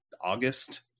August